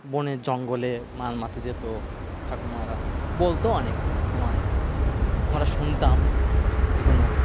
বনে জঙ্গলে মাছ মারতে যেত ঠাকুমারা বলত অনেক সময় আমরা শুনতাম এগুলো